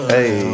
Hey